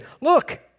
look